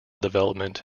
development